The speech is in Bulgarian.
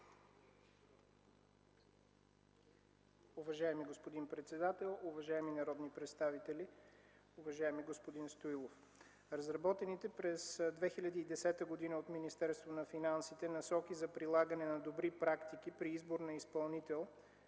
Уважаеми господин председател, уважаеми народни представители! Уважаеми господин Стоилов, разработените през 2010 г. от Министерството на финансите насоки за прилагане на добри практики при избор на изпълнител